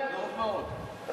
טוב מאוד.